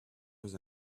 was